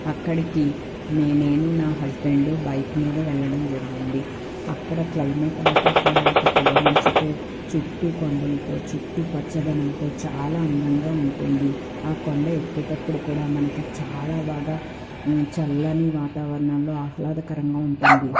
అక్కడికి మే నేను నా హస్బెండు బైక్ మీద వెళ్ళడం జరిగింది అక్కడ క్లైమేట్ అంతా కూడా ఒక పొగ మంచుతో చుట్టూ కొండలుతో చుట్టూ పచ్చదనంతో చాలా అందంగా ఉంటుంది ఆ కొండ ఎక్కేటప్పుడు కూడా మనకి చాలా బాగా చల్లని వాతావరణంలో ఆహ్లాదకరంగా ఉంటుంది